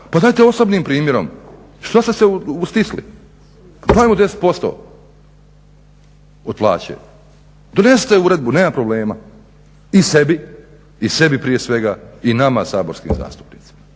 Pa dajte osobnim primjerom. Šta ste se stisli? Dajmo 10% od plaće, donesite uredbu, nema problema i sebi prije svega i nama saborskim zastupnicima.